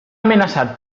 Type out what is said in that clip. amenaçat